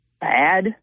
bad